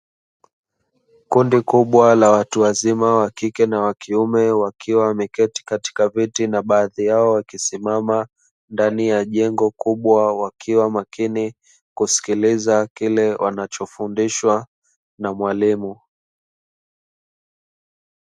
Kundi kubwa la watu wazima wa kike na wa kiume wakiwa wameketi katika viti, na baadhi yao wakisimama ndani ya jengo kubwa, wakiwa makini kusikiliza kile wanachofundishwa na mwalimu.